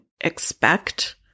expect